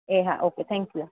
એ હા okay thank you